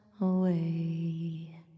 away